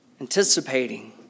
anticipating